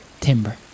Timber